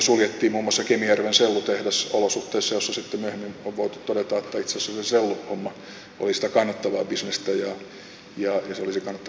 suljettiin muun muassa kemijärven sellutehdas olosuhteissa joista sitten myöhemmin on voitu todeta että itse asiassa selluhomma oli sitä kannattavaa bisnestä ja se olisi kannattanut pitää